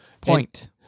Point